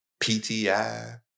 PTI